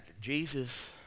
Jesus